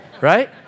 right